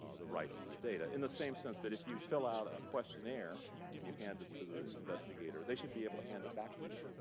ah the right to the data. in the same sense that if you fill out a questionnaire and you hand it to the investigator, they should be able to hand it back to you,